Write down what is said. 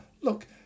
Look